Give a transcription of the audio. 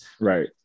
right